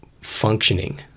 functioning